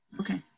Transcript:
okay